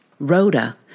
Rhoda